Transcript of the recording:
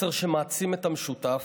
מסר שמעצים את המשותף,